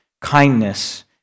kindness